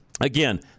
Again